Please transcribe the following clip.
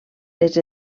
les